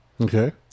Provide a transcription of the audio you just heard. Okay